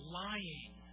lying